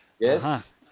yes